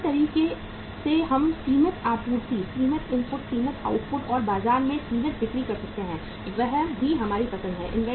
अन्य तरीके से हम सीमित आपूर्ति सीमित इनपुट सीमित आउटपुट और बाजार में सीमित बिक्री कर सकते हैं वह भी हमारी पसंद है